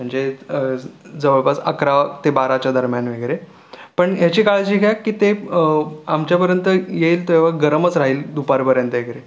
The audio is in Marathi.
म्हणजे जवळपास अकरा ते बाराच्या दरम्यान वगैरे पण ह्याची काळजी घ्या की ते आमच्यापर्यंत येईल तेव्हा गरमच राहील दुपारपर्यंत वगैरे